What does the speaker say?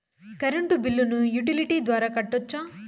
Current బిల్లును utility ద్వారా కట్టొచ్చా?